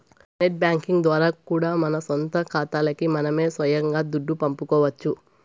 net banking ద్వారా కూడా మన సొంత కాతాలకి మనమే సొయంగా దుడ్డు పంపుకోవచ్చు